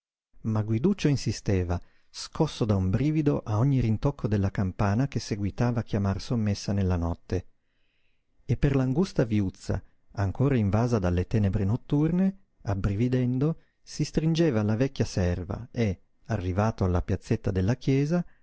serva ma guiduccio insisteva scosso da un brivido a ogni rintocco della campana che seguitava a chiamar sommessa nella notte e per l'angusta viuzza ancora invasa dalle tenebre notturne abbrividendo si stringeva alla vecchia serva e arrivato alla piazzetta della chiesa